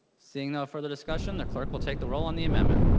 seeing no further discussion the clerk will take the roll on the amendment.